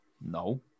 No